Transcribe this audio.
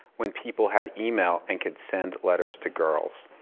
when people had email and could send letters to girls.